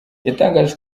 yatangaje